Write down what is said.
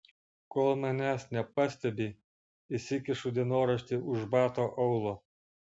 kol manęs nepastebi įsikišu dienoraštį už bato aulo